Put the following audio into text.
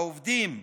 העובדים,